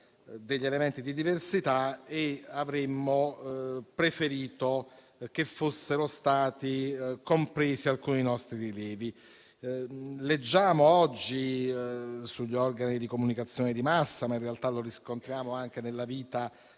degli elementi di diversità e avremmo preferito che fossero stati compresi alcuni nostri rilievi. Veniamo a sapere oggi dagli organi di comunicazione di massa - in realtà lo riscontriamo anche nella vita